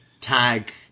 tag